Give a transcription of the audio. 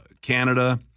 Canada